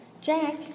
Jack